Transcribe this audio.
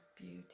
beauty